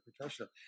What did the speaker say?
professional